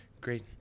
great